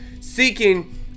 Seeking